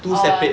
orh